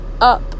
up